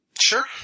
Sure